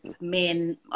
main